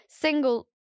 single